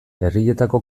herrietako